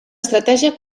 estratègia